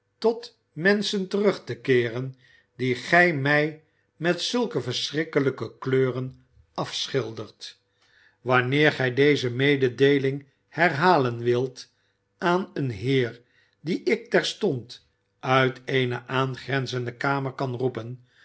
tot menschen terug te keeren die gij mij met zulke verschrikkelijke kleuren afschildert wanneer gij deze mededeeling herhalen wilt aan een heer dien ik terstond uit eene aangrenzende kamer kan roepen